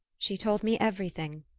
she told me everything.